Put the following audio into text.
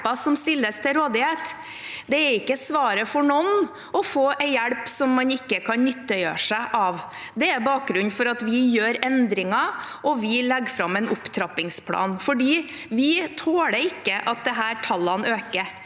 som stilles til rådighet. Det er ikke svaret for noen å få hjelp man ikke kan nyttiggjøre seg. Det er bakgrunnen for at vi gjør endringer, og vi legger fram en opptrappingsplan, for vi tåler ikke at disse tallene øker.